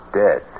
dead